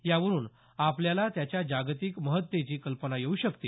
यावरून आपल्याला त्याच्या जागतिक महत्तेची कल्पना येऊ शकते